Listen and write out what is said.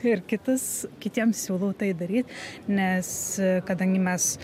ir kitas kitiems siūlau tai daryt nes kadangi mes